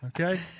okay